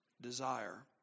Desire